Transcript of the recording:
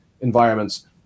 environments